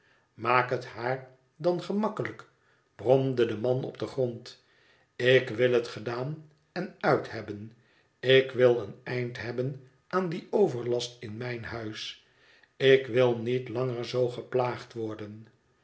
is het mij maakhet haar dan gemakkelijk bromde de man op den grond ik wil het gedaan en uit hebben ik wil een eind hebben aan dien overlast in mijn huis ik wil niet langer zoo geplaagd worden